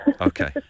Okay